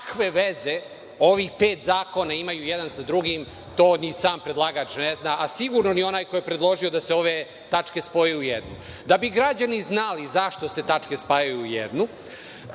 veze ovih pet zakona imaju jedan sa drugim, to ni sam predlagač ne zna, a sigurno ni onaj ko je predložio da se ove tačke spoje u jednu. Da bi građani znali zašto se tačke spajaju u jednu,